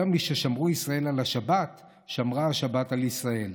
יותר מששמרו ישראל על השבת, שמרה השבת על ישראל.